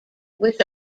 which